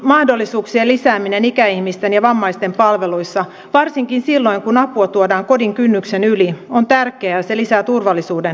vaikutusmahdollisuuksien lisääminen ikäihmisten ja vammaisten palveluissa varsinkin silloin kun apua tuodaan kodin kynnyksen yli on tärkeää ja se lisää turvallisuudentunnetta